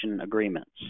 agreements